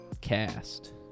cast